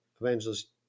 Evangelist